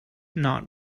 not